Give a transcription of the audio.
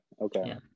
okay